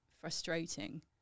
frustrating